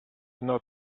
not